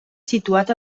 situat